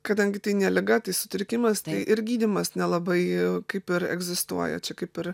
kadangi tai ne liga tai sutrikimas tai ir gydymas nelabai kaip ir egzistuoja čia kaip ir